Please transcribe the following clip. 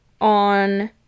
on